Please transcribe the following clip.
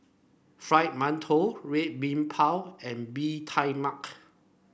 Fried Mantou Red Bean Bao and Bee Tai Mak